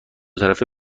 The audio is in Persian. طرفه